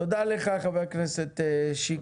תודה לך, חה"כ שיקלי.